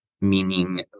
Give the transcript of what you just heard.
meaning